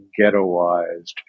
ghettoized